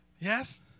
Yes